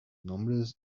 nombres